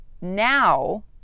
now